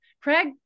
Craig